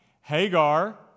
Hagar